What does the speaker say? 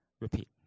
repeat